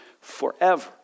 forever